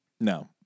No